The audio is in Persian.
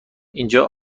اینجا